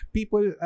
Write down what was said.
People